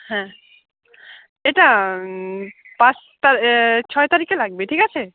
হ্যাঁ এটা পাঁচ তা ছয় তারিখে লাগবে ঠিক আছে